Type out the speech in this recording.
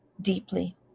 deeply